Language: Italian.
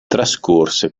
trascorse